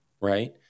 right